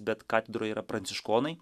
bet katedroj yra pranciškonai